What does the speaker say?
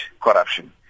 corruption